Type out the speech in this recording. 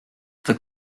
the